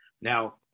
Now